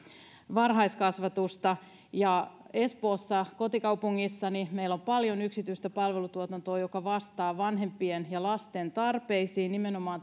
varhaiskasvatusta ja espoossa kotikaupungissani meillä on paljon yksityistä palvelutuotantoa joka vastaa vanhempien ja lasten tarpeisiin nimenomaan